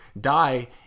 die